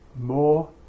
more